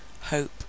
hope